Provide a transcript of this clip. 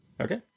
Okay